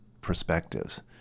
perspectives